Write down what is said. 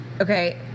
Okay